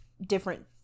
different